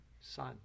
Son